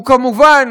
הוא כמובן